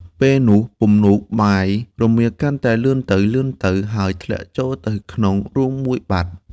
ពេលនោះពំនូកបាយរមៀលកាន់តែលឿនទៅ ៗ ហើយធ្លាក់ចូលទៅក្នុងរូងមួយបាត់ ។